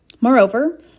Moreover